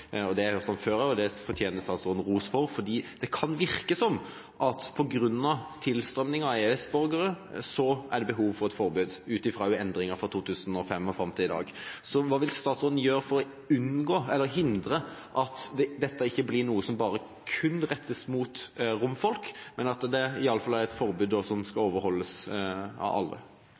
mennesker. Det har jeg hørt fra ham før også, og det fortjener statsråden ros for. Det kan nemlig virke som det er på grunn av tilstrømming av EØS-borgere at det er behov for et forbud. Det er også ut fra endringa fra 2005 og fram til i dag. Så hva vil statsråden gjøre for å unngå eller hindre at dette ikke kun blir noe som rettes mot romfolk, men at det blir et forbud som skal overholdes overfor alle?